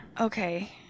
Okay